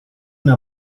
una